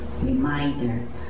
reminder